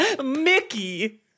Mickey